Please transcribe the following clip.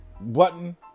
button